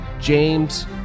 James